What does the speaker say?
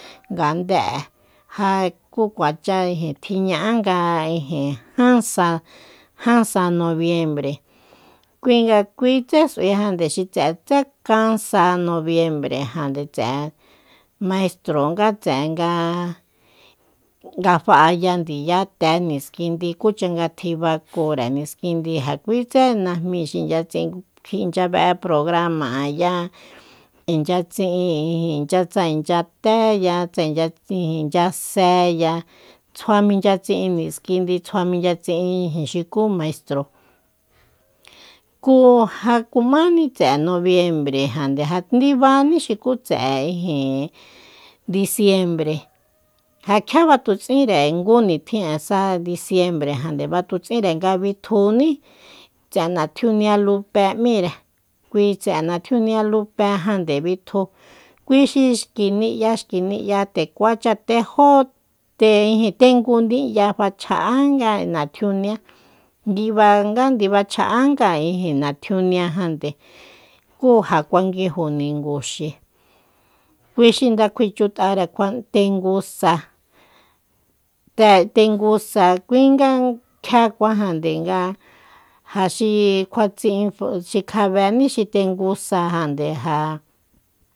Ngandé'e ja kú kuachá ijin tjiña'a nga ijin ján sa- jan sa nobiembre kui nga kuitsé s'uijande xi tse'etsé kan sa nobiembrejande tse'e maistro nga tse'e nga- nga fa'aya ndiyaté niskindi kúcha nga tjibakúre niskindi ja kui tsé najmi xi inchya tsi'in inchya be'e programa'eya inchya tsi'in ijin inchya tsa inchya té ya tsa ichya sé ya tsjua minchya tsi'in niskindi tsjua mincha tsi'in xukú maistro kú ja kumáni tse'e nobiembrejande kú ndibaní xuku tse'e ijin disiembre ja kjia batutsinre ngu nitjin'e sa disiembrejande batutsinre nga bitjuní tse'e natjunia lupé m'íre kui tse'e natjunia lupe jande bitju kui xi ni'ya xki ni'ya tekuacha tejó te- tengu ni'ya fachja'anga natjunia ndiba nga ndiba chja'a nga ijin natjuniajande kú ja kuanguijo ninguxi kui xi nga kuichjut'are kjua tengu sa te- tengú sa kui nga kjiakuajande nga ja xi kjua tsi'in xi kjabení xi tengu sa jande ja